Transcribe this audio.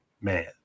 man